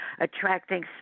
attracting